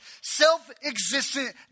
self-existent